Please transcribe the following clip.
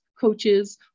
coaches